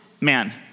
man